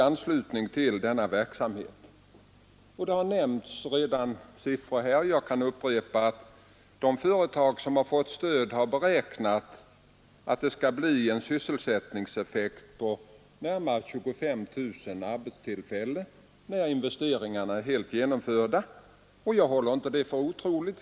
Effekten av dessa investeringar har redan belysts med olika siffror här. Jag kan upprepa att de företag som har fått stöd har beräknat att det skall bli en sysselsättningseffekt på närmare 25 000 arbetstillfällen när investeringarna är helt genomförda. Jag håller inte det för otroligt.